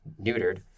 neutered